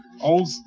Old